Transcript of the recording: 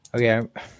Okay